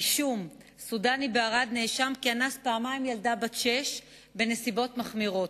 אישום: סודני בערד נאשם כי אנס פעמיים ילדה בת שש בנסיבות מחמירות,